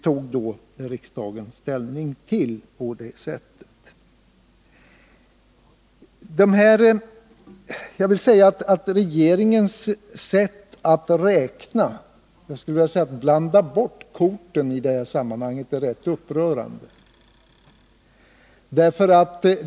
Regeringens sätt att i detta sammanhang räkna — jag skulle vilja kalla det blanda bort korten — är ganska upprörande.